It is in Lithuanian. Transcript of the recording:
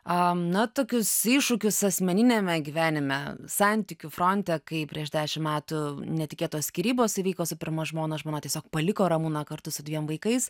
a na tokius iššūkius asmeniniame gyvenime santykių fronte kai prieš dešimt metų netikėtos skyrybos įvyko su pirma žmona žmona tiesiog paliko ramūną kartu su dviem vaikais